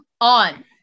on